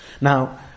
Now